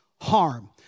harm